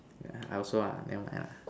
I also ah then what else